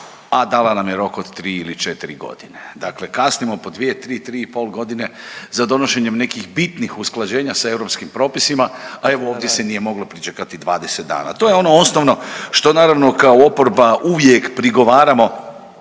a dala nam je rok od 3 ili 4 godine. Dakle kasnimo po 2, 3, 3 i pol godina za donošenjem nekih bitnih usklađenja sa europskim propisima, a evo, ovdje se nije moglo pričekati 20 dana. To je ono osnovno što naravno, kao oporba uvijek prigovaramo,